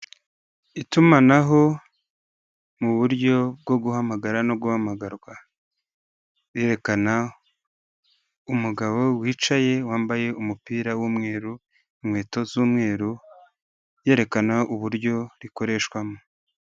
Itumanaho mu buryo bwo guhamagara no guhamagarwa, berekana umugabo wicaye wambaye umupira w'umweru, inkweto z'umweru, yerekana uburyo rikoreshwamo.